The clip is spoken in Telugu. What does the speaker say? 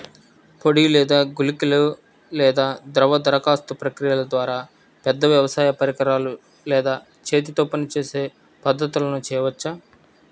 పొడి లేదా గుళికల లేదా ద్రవ దరఖాస్తు ప్రక్రియల ద్వారా, పెద్ద వ్యవసాయ పరికరాలు లేదా చేతితో పనిచేసే పద్ధతులను చేయవచ్చా?